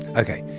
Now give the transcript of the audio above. ok,